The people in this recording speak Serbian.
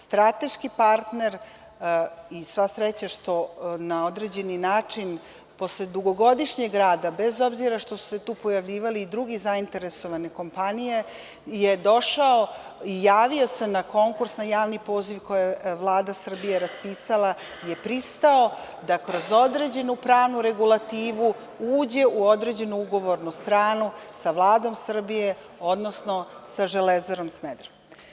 Strateški partner, i sva sreća što na određeni način posle dugogodišnjeg rada, bez obzira što su se tu pojavljivali i druge zainteresovane kompanije, je došao i javio se na konkurs, na javni poziv koji je Vlada Srbije raspisala i pristao da kroz određenu pravnu regulativu uđe u određenu ugovornu stranu sa Vladom Srbije, odnosno sa „Železarom Smederevo“